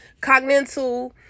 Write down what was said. cognitive